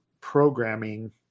programming